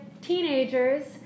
teenagers